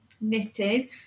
knitting